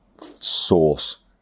source